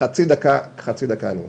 חצי דקה ואני מסיים.